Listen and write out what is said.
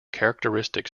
characteristic